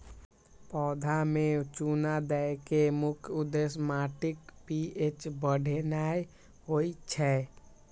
पौधा मे चूना दै के मुख्य उद्देश्य माटिक पी.एच बढ़ेनाय होइ छै